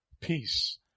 peace